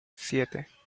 siete